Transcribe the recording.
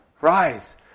Rise